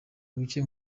buke